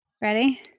Ready